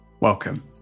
Welcome